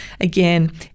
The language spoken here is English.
Again